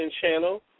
Channel